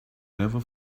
never